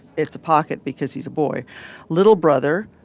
it's a pocket because he's a boy little brother,